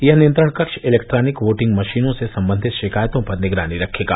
यह नियंत्रण कक्ष इलेक्ट्रॉनिक वोटिंग मशीनों से संबंधित शिकायतों पर निगरानी रखेगा